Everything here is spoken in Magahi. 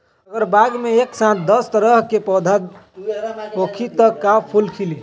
अगर बाग मे एक साथ दस तरह के पौधा होखि त का फुल खिली?